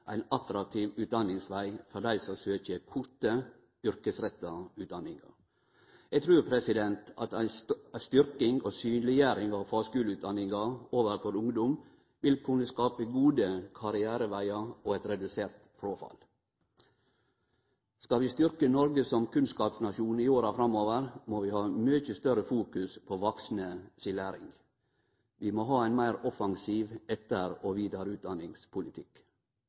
ein attraktiv utdanningsveg for dei som søkjer korte, yrkesretta utdanningar. Eg trur at ei styrking og synleggjering av fagskuleutdanninga overfor ungdom vil kunne skape gode karrierevegar og eit redusert fråfall. Skal vi styrkje Noreg som kunnskapsnasjon i åra framover, må vi ha mykje større fokus på vaksne si læring. Vi må ha ein meir offensiv etter- og